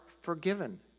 forgiven